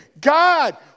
God